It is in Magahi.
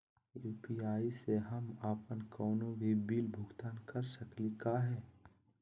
यू.पी.आई स हम अप्पन कोनो भी बिल भुगतान कर सकली का हे?